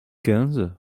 quinze